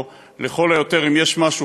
או לכל היותר אם יש משהו,